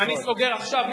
אני סוגר עכשיו,